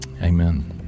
amen